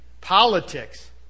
Politics